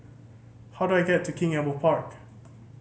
how do I get to King Albert Park